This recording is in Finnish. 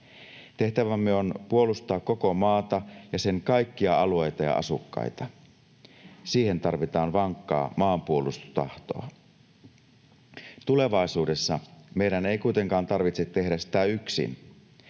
Tehtävämme on puolustaa koko maata ja sen kaikkia alueita ja asukkaita. Siihen tarvitaan vankkaa maanpuolustustahtoa. Tulevaisuudessa meidän ei kuitenkaan tarvitse tehdä sitä yksin,